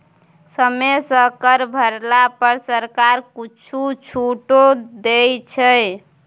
समय सँ कर भरला पर सरकार किछु छूटो दै छै